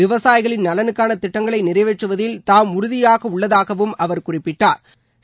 விவசாயிகளின் நலனுக்கான திட்டங்களை நிறைவேற்றுவதில் தாம் உறுதியாக உள்ளதாகவும் அவர் குறிப்பிட்டாள்